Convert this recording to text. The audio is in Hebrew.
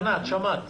ענת כהן שמואל, שמעת.